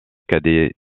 cadets